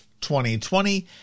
2020